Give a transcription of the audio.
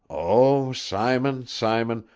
o simon, simon,